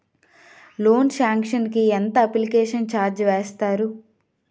Loan sanction కి ఎంత application charge వేస్తారు?